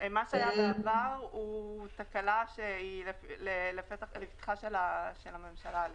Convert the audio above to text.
מה שהיה בעבר זו תקלה לפתחה של הממשלה.